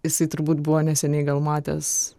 jisai turbūt buvo neseniai gal matęs